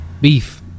beef